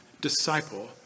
disciple